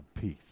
peace